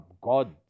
God